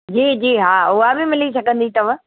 जी जी हा उहा बि मिली सघंदी अथव